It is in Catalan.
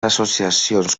associacions